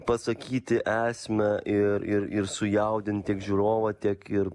pasakyti esmę ir ir ir sujaudint tiek žiūrovą tiek ir